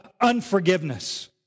unforgiveness